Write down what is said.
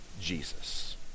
Jesus